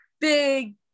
big